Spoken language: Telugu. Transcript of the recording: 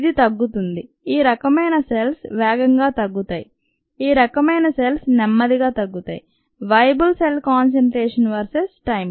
ఇది తగ్గుతుంది ఈ రకమైన సెల్స్ వేగంగా తగ్గుతాయి ఈ రకమైన సెల్స్ నెమ్మదిగా తగ్గుతాయి viable cell concentration versus time